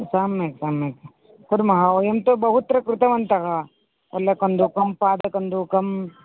सम्यक् सम्यक् कुर्मः वयं तु बहुत्र कृतवन्तः कोलकन्दुकं पादकन्दुकम्